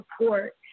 support